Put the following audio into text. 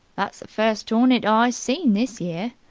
that's the first hornet i seen this year,